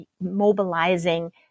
mobilizing